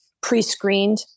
pre-screened